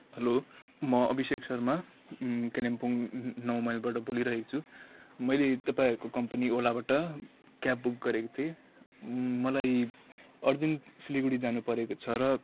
hello म अभिषेक शर्मा कालिम्पोङ नौ माइलबाट बोलिरहेको छु मैले तपाईँहरूको कम्पनी ओलाबाट क्याब बुक गरेको थिएँ मलाई अर्जेन्ट सिलगढी जानुपरेको छ र